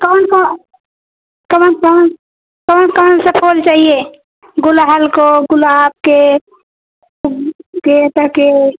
कौन कवन कौन कौन कौन सा फूल चाहिए गुलहल को गुलाब के गेंदा के